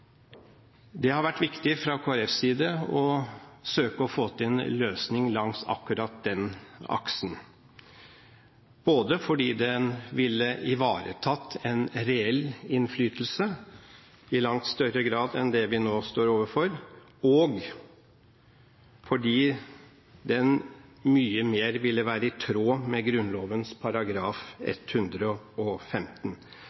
Det har vært viktig fra Kristelig Folkepartis side å søke å få til en løsning langs akkurat den aksen – både fordi den ville ivaretatt en reell innflytelse i langt større grad enn det vi nå står overfor, og fordi den mye mer ville vært i tråd med